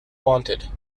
wanted